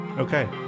Okay